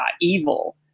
evil